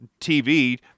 TV